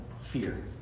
fear